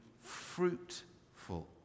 fruitful